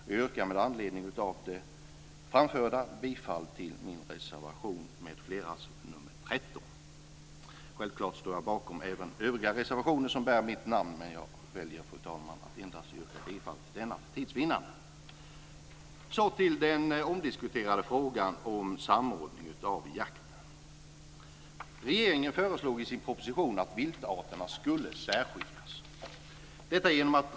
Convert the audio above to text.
Jag yrkar med anledning av det anförda bifall till reservation nr 13 av mig själv m.fl. Självklart står jag bakom även övriga reservationer där mitt namn finns med, men jag väljer för tids vinnande, fru talman, att yrka bifall endast till den reservationen. Sedan till den omdiskuterade frågan om samordning av jakt. Regeringen har ju i sin proposition föreslagit att viltarterna ska särskiljas.